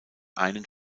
einen